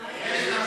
איילת,